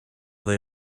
they